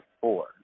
four